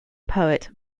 poet